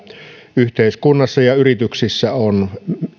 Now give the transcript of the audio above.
yhteiskunnassa ja yrityksissä on